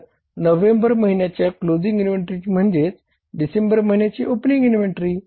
तर नोव्हेंबर महिन्याची closing inventory म्हणजे डिसेंबर महिन्याची ओपनिंग इन्व्हेंटरी